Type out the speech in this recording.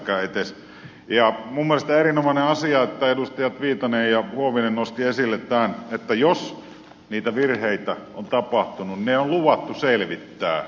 minun mielestäni on erinomainen asia että edustajat viitanen ja huovinen nostivat esille tämän että jos niitä virheitä on tapahtunut ne on luvattu selvittää